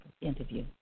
interview